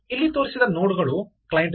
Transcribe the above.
ಇಲ್ಲಿ ತೋರಿಸಿದ ನೋಡಗಳು ಕ್ಲೈಂಟ್ ಗಳು